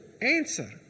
answer